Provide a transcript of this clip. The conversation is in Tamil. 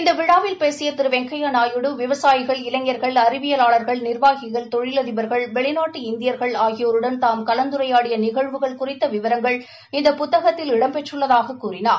இந்த விழாவில் பேசிய திரு வெங்கையா நாயுடு விவசாயிகள் இளைஞர்கள் அறிவியலாளர்கள் நிர்வாகிகள் தொழிலதிபர்கள் வெளிநாட்டு இந்தியர்கள் ஆகியோருடன் தாம கலந்துரையாடிய நிகழ்வுகள் குறித்து விவரங்கள் இந்த புத்தகத்தில் இடம்பெற்றுள்ளதாகக் கூறினார்